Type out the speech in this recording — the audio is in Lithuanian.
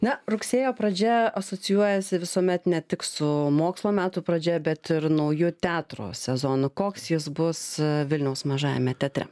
na rugsėjo pradžia asocijuojasi visuomet ne tik su mokslo metų pradžia bet ir nauju teatro sezonų koks jis bus vilniaus mažajame teatre